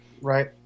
Right